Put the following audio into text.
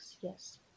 yes